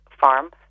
Farm